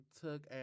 took